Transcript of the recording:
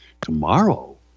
tomorrow